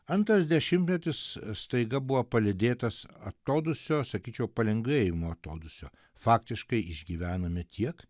antras dešimtmetis staiga buvo palydėtas atodūsio sakyčiau palengvėjimo atodūsio faktiškai išgyvename tiek